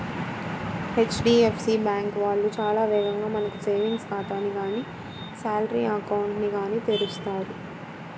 HDFC bank వాళ్ళు చాలా వేగంగా మనకు సేవింగ్స్ ఖాతాని గానీ శాలరీ అకౌంట్ ని గానీ తెరుస్తారు